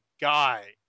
guy